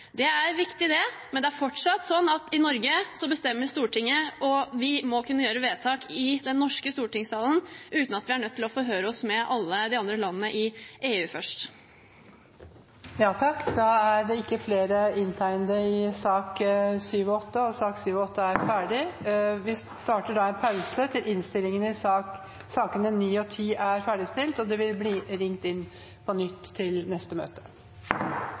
Det er viktig, det, men det er fortsatt sånn at i Norge bestemmer Stortinget, og vi må kunne gjøre vedtak i den norske stortingssalen uten at vi er nødt til å forhøre oss med alle de andre landene i EU først. Flere har ikke bedt om ordet til sakene nr. 7 og 8. Stortinget tar da en pause til innstillingene i sakene nr. 9 og 10 er ferdigstilt. Stortinget går da til behandling av sakene nr. 9 og 10. Før det vil presidenten minne om at vi bør sitte med god avstand til